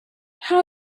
how